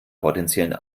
potenziellen